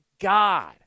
God